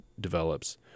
develops